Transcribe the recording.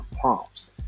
prompts